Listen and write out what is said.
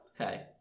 Okay